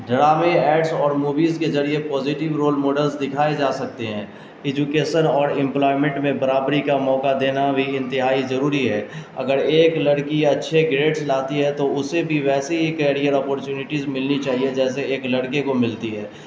ڈرامے ایڈس اور موویز کے ذریعے پوزیٹیو رول ماڈلس دکھائے جا سکتے ہیں ایجوکیسن اور امپلائمنٹ میں برابری کا موقع دینا بھی انتہائی ضروری ہے اگر ایک لڑکی یا اچھے گریڈس لاتی ہے تو اسے بھی ویسے ہی کیریئر اپارچونیٹیز ملنی چاہیے جیسے ایک لڑکے کو ملتی ہے